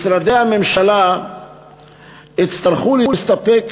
משרדי הממשלה יצטרכו להסתפק